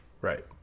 right